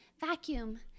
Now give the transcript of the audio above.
vacuum